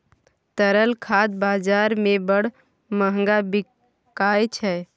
तरल खाद बजार मे बड़ महग बिकाय छै